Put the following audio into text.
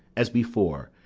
as before,